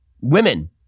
Women